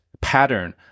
pattern